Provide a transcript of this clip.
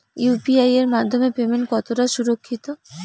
UPI এর মাধ্যমে payment কতটা সুরক্ষিত?